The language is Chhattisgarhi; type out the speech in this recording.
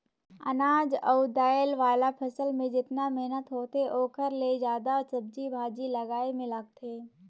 अनाज अउ दायल वाला फसल मे जेतना मेहनत होथे ओखर ले जादा सब्जी भाजी लगाए मे लागथे